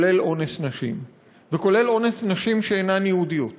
כולל אונס נשים וכולל אונס נשים שאינן יהודיות.